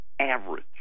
average